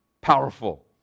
Powerful